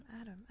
Adam